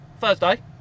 Thursday